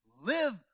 live